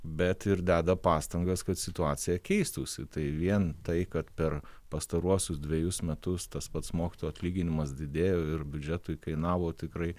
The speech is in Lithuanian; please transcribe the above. bet ir deda pastangas kad situacija keistųsi tai vien tai kad per pastaruosius dvejus metus tas pats mokytojų atlyginimas didėjo ir biudžetui kainavo tikrai